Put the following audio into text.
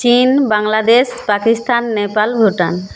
চীন বাংলাদেশ পাকিস্তান নেপাল ভুটান